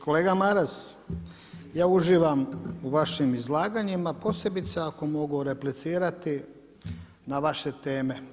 Kolega Maras ja uživam u vašim izlaganjima posebice ako mogu replicirati na vaše teme.